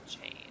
change